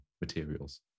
materials